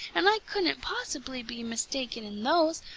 and i couldn't possibly be mistaken in those,